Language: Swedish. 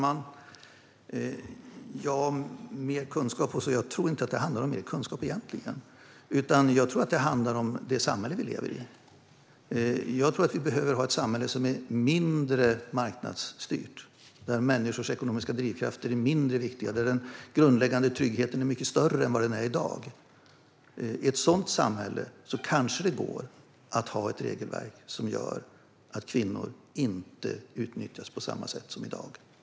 Fru talman! Jag tror egentligen inte att det handlar om mer kunskap, utan jag tror att det handlar om det samhälle vi lever i. Jag tror att vi behöver ha ett samhälle som är mindre marknadsstyrt, där människors ekonomiska drivkrafter är mindre viktiga och där den grundläggande tryggheten är mycket större än vad den är i dag. I ett sådant samhälle kanske det går att ha ett regelverk som gör att kvinnor inte utnyttjas på samma sätt som i dag.